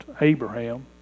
Abraham